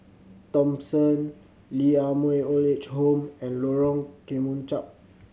Thomson Lee Ah Mooi Old Age Home and Lorong Kemunchup